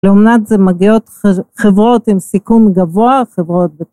לעומת זה מגיעות חברות עם סיכון גבוה חברות